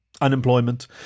unemployment